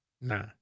Nah